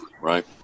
Right